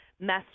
mess